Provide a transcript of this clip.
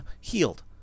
healed